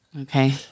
Okay